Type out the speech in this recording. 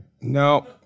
No